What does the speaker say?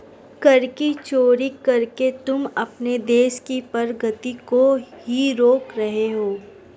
कर की चोरी करके तुम अपने देश की प्रगती को ही रोक रहे हो